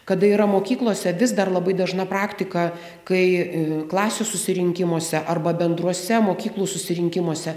kada yra mokyklose vis dar labai dažna praktika kai klasių susirinkimuose arba bendruose mokyklų susirinkimuose